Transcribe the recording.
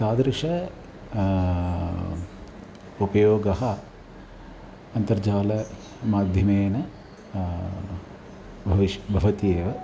तादृशः उपयोगः अन्तर्जालमाध्यमेन भविष् भवति एव